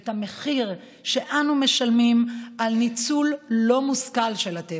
ואת המחיר שאנו משלמים על ניצול לא מושכל של הטבע.